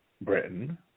Britain